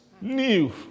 new